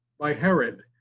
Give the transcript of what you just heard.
by herod,